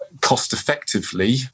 cost-effectively